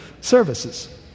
services